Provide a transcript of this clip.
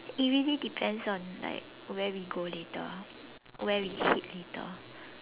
it really depends on like where we go later where we eat later